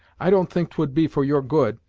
i don't think twould be for your good,